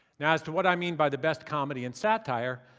now as to what i mean by the best comedy and satire,